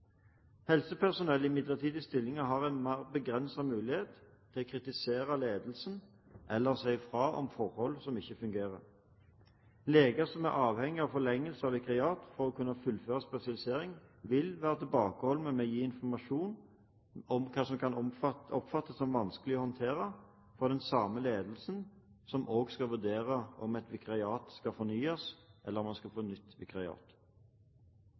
Helsepersonell i midlertidige stillinger har en mer begrenset mulighet til å kritisere ledelsen eller til å si ifra om forhold som ikke fungerer. Leger som er avhengig av forlengelse av vikariat for å kunne fullføre spesialiseringen, vil være tilbakeholdne med å gi informasjon som kan oppfattes som vanskelig å håndtere for den samme ledelsen som også skal vurdere om et vikariat skal fornyes, eller om man skal få nytt